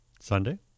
Sunday